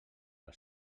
les